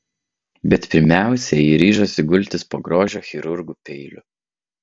bet pirmiausia ji ryžosi gultis po grožio chirurgų peiliu